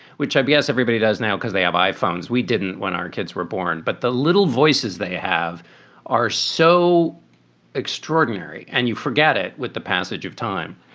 which i guess everybody does now because they have iphones. we didn't when our kids were born, but the little voices they have are so extraordinary and you forget it with the passage of time.